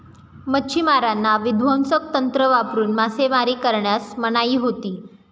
मच्छिमारांना विध्वंसक तंत्र वापरून मासेमारी करण्यास मनाई होती